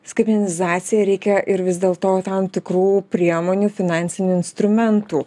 skaimenizacija reikia ir vis dėlto tam tikrų priemonių finansinių instrumentų